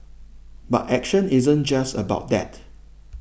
but action isn't just about that